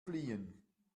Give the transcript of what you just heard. fliehen